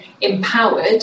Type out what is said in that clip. empowered